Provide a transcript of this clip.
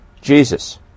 Jesus